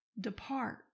depart